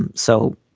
and so.